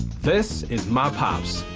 this is my pops.